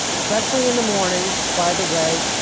especially in the morning, by the way.